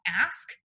ask